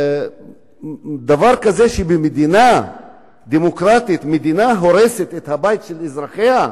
דבר כזה שבמדינה דמוקרטית מדינה הורסת את הבית של אזרחיה?